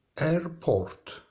Airport